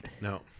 No